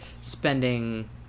spending